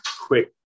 quick